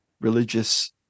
religious